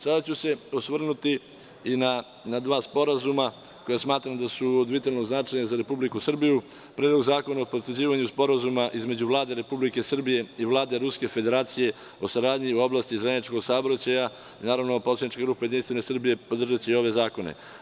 Sada ću se osvrnuti i na dva sporazuma koja smatram da su od vitalnog značaja za Republiku Srbiju – Predlog zakona o potvrđivanju Sporazuma između Vlade Republike Srbije i Vlade Ruske Federacije o saradnji u oblasti zajedničkog saobraćaja, naravno, poslanička grupa JS podržaće i ove zakone.